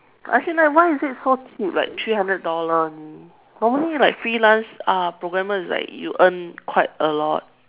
as in like why is it so cheap like three hundred dollars only normally like freelance uh programmers is like you earn quite a lot